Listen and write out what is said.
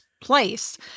place